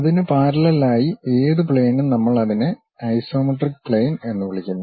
അതിനു പാരല്ലെൽ ആയി ഏത് പ്ലെയിനും നമ്മൾ അതിനെ ഐസോമെട്രിക് പ്ലെയിൻ എന്ന് വിളിക്കുന്നു